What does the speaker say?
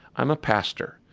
i'm a pastor.